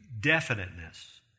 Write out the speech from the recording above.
definiteness